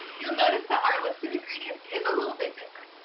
you'll notice that our list of ingredients is a little bit different.